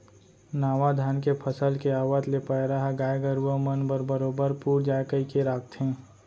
नावा धान के फसल के आवत ले पैरा ह गाय गरूवा मन बर बरोबर पुर जाय कइके राखथें